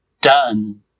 done